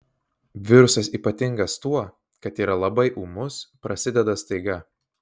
virusas ypatingas tuo kad yra labai ūmus prasideda staiga